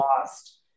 lost